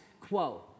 quo